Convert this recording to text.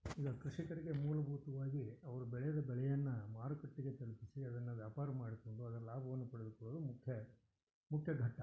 ಈಗ ಕೃಷಿಕರಿಗೆ ಮೂಲಭೂತವಾಗಿ ಅವರು ಬೆಳೆದ ಬೆಳೆಯನ್ನು ಮಾರುಕಟ್ಟೆಗೆ ತಲುಪಿಸಿ ಅದನ್ನು ವ್ಯಾಪಾರ ಮಾಡಿಕೊಂಡು ಅದರ ಲಾಭವನ್ನು ಪಡೆದುಕೊಳ್ಳಲು ಮುಖ್ಯ ಮುಖ್ಯ ಘಟ್ಟ